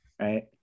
Right